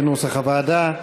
כנוסח הוועדה.